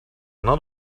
not